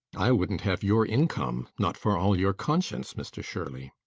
i wouldn't have your income, not for all your conscience, mr shirley.